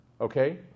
okay